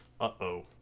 Uh-oh